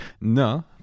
no